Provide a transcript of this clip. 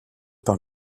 par